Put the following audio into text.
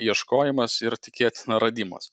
ieškojimas ir tikėtina radimas